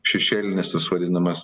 šešėlinis tas vadinamas